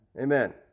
Amen